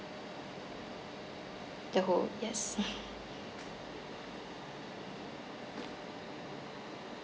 the whole yes